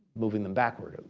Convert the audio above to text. moving them backward.